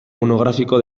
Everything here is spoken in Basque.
monografiko